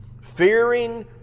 Fearing